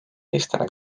eestlane